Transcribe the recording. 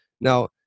Now